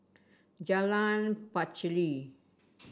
Jalan Pacheli